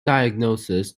diagnosis